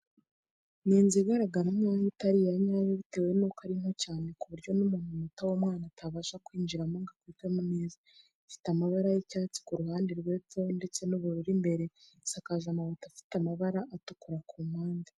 Ni inzu igaragara nk'aho itari ya nyayo bitewe n'uko ari nto cyane ku buryo n'umuntu muto w'umwana atabasha kwinjiramo ngo akwirwemo neza, ifite amabara y'icyatsi ku ruhande rw'epfo ndetse n'ubururu imbere, isakaje amabati afite amabara atukura ku mpande.